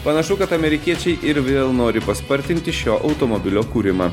panašu kad amerikiečiai ir vėl nori paspartinti šio automobilio kūrimą